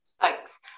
Thanks